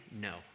No